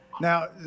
Now